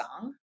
song